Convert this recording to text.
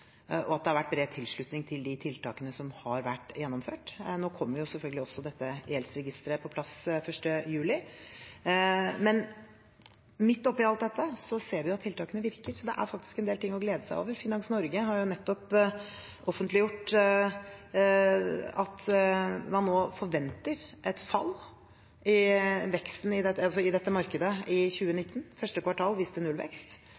og at det har vært bred tilslutning om de tiltakene som har vært gjennomført. Nå kommer selvfølgelig også dette gjeldsregisteret på plass 1. juli. Midt oppi alt dette ser vi at tiltakene virker, så det er faktisk en del ting å glede seg over. Finans Norge har nettopp offentliggjort at man nå forventer et fall i dette markedet i 2019 – første kvartal viste nullvekst. Det er gledelig, og Finans Norge sier selv rett ut i